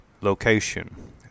Location